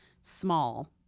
small